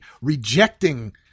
rejecting